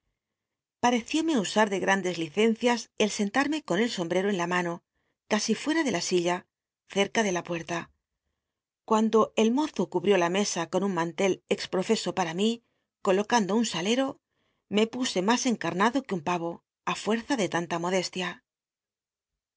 parecióme usar de grandes licencias el sentarme con el sombrero en la mano casi fuera de la silla cerca de la puci'la cuando el mozo cubrió la mesa con un mantel exprol'cso pal'a mi colocando un salero me puse mas encarnado que un pavo i fuerza de tanta modestia